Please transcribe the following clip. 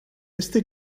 este